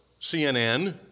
cnn